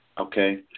okay